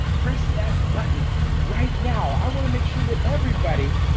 press that button right now. i want to make sure that everybody